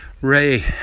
Ray